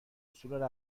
اصول